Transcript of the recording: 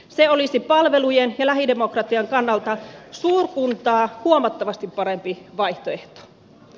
se olisi palvelujen ja lähidemokratian kannalta suurkuntaa huomattavasti parempi vaihtoehto